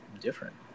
different